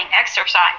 exercise